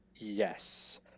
Yes